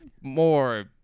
more